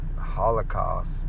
Holocaust